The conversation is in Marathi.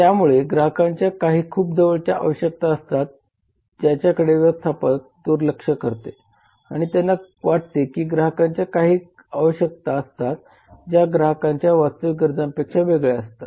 त्यामुळे ग्राहकांच्या काही खूप जवळच्या आवश्यकता असतात ज्याकडे व्यवस्थापन दुर्लक्ष करते आणि त्यांना वाटते की ग्राहकांच्या काही आवश्यकता असतात ज्या ग्राहकांच्या वास्तविक गरजांपेक्षा वेगळ्या असतात